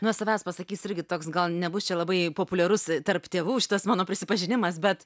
nuo savęs pasakysiu irgi toks gal nebus čia labai populiarus tarp tėvų šitas mano prisipažinimas bet